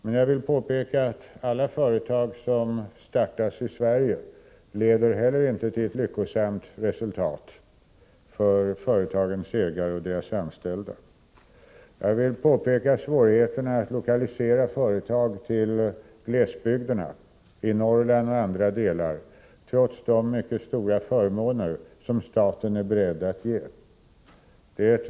Jag vill emellertid påpeka att alla företag som startas i Sverige inte heller leder till ett lyckosamt resultat för företagens ägare och deras anställda. Jag vill påpeka svårigheterna att lokalisera företag till glesbygderna i Norrland och andra delar trots de mycket stora förmåner som staten är beredd att ge.